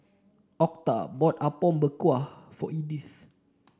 Octa bought Apom Berkuah for Edyth